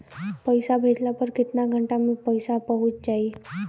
पैसा भेजला पर केतना घंटा मे पैसा चहुंप जाई?